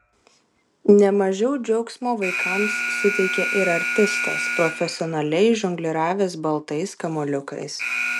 ne mažiau džiaugsmo vaikams suteikė ir artistas profesionaliai žongliravęs baltais kamuoliukais